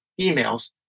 emails